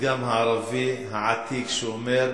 לפתגם הערבי העתיק שאומר: